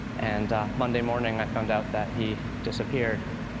and monday morning, i found out that he disappeared.